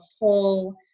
whole